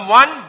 one